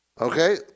Okay